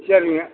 சரிங்க